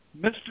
mr